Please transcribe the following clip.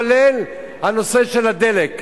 כולל הנושא של הדלק.